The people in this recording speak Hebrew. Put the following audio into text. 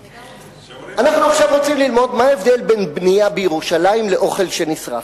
עכשיו אנחנו רוצים ללמוד מה בין בנייה בירושלים לאוכל שנשרף.